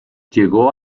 llegó